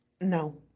No